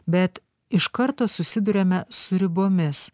bet iš karto susiduriame su ribomis